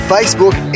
Facebook